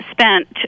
spent